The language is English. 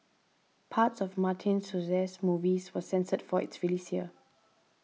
parts of Martin Scorsese's movie was censored for its release here